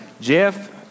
Jeff